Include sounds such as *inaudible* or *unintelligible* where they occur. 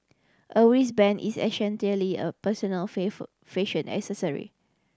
a wristband is essentially a personal *unintelligible* fashion accessory